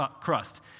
crust